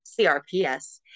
CRPS